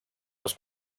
los